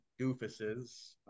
doofuses